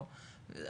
אבל יכול להיות שלא,